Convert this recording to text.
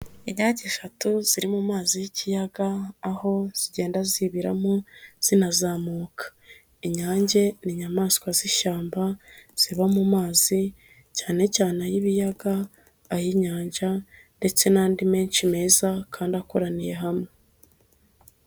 Inyage eshatu ziri mu mazi y'ikiyaga, aho zigenda zibiramo, zinazamuka, inyange ni inyamaswa z'ishyamba, ziba mu mazi, cyane cyane ay'ibiyaga, ay'inyanja, ndetse n'andi menshi meza kandi akoraniye hamwe.